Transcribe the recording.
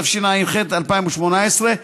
התשע"ח 2018,